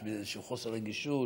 יש בזה איזשהו חוסר רגישות